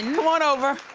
come on over.